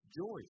joy